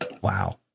Wow